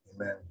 Amen